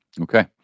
Okay